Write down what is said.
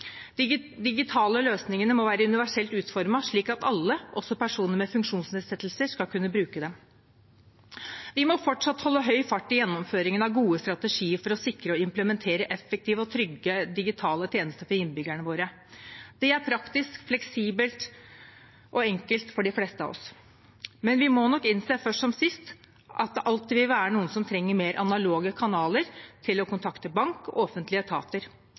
digitale løsningene må være universelt utformet, slik at alle, også personer med funksjonsnedsettelser, skal kunne bruke dem. Vi må fortsatt holde høy fart i gjennomføringen av gode strategier for å sikre og implementere effektive og trygge digitale tjenester til innbyggerne våre. Det er praktisk, fleksibelt og enkelt for de fleste av oss. Men vi må nok innse, først som sist, at det alltid vil være noen som trenger mer analoge kanaler til å kontakte bank og offentlige etater.